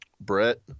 Brett